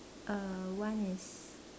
uh one is